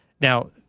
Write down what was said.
Now